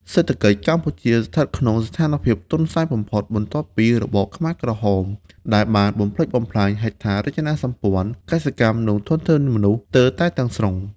សេដ្ឋកិច្ចកម្ពុជាស្ថិតក្នុងស្ថានភាពទន់ខ្សោយបំផុតបន្ទាប់ពីរបបខ្មែរក្រហម ដែលបានបំផ្លិចបំផ្លាញហេដ្ឋារចនាសម្ព័ន្ធ កសិកម្ម និងធនធានមនុស្សស្ទើរតែទាំងស្រុង ។